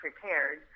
prepared